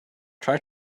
try